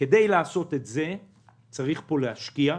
כדי לעשות את זה צריך להשקיע,